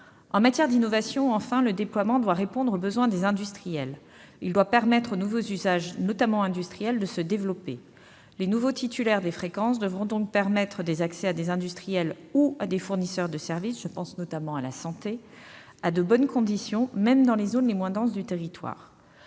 En matière d'innovation, enfin, le déploiement doit répondre aux besoins des industriels. Il doit permettre aux nouveaux usages, notamment industriels, de se développer. Les nouveaux titulaires des fréquences devront donc permettre des accès à des industriels ou à des fournisseurs de services- je pense notamment aux services de la santé -, à des bonnes conditions, même dans les zones les moins denses du territoire.